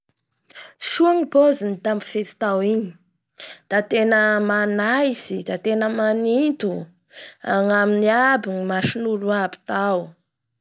Soa keny pozinao ty, akory keny nianaranao nipozy fa la mila mianatsy mipozy avao koa iaho zao, soa hanao keny!